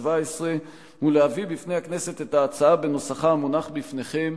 השבע-עשרה ולהביא בפני הכנסת את ההצעה בנוסחה המונח בפניכם,